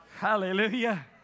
Hallelujah